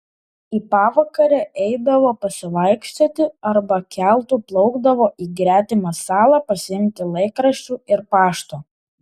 į pavakarę eidavo pasivaikščioti arba keltu plaukdavo į gretimą salą pasiimti laikraščių ir pašto